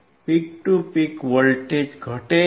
peak to peak voltage ઘટે છે